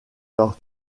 leur